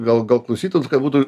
gal gal klausytojams ka būtų